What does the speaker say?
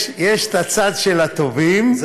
יש את הצד של הטובים ויש,